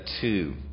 two